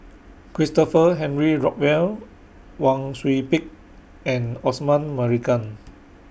Christopher Henry Rothwell Wang Sui Pick and Osman Merican